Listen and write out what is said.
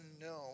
unknown